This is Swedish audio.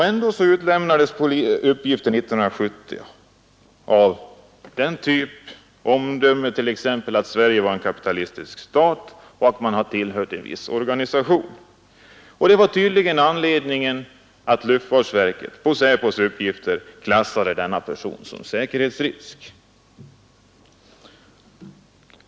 Ändå utlämnades 1970 uppgifter om att denna person hade tillhört en viss organisation och att han hade uttryckt t.ex. sådana åsikter som att Sverige var en kapitalistisk stat. SÄPO s uppgifter var tydligen anledningen till att luftfartsverket klassade denna person som en säkerhetsrisk.